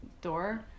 door